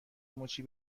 مچی